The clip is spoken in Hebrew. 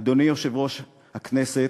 אדוני יושב-ראש הכנסת,